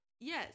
Yes